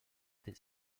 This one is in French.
des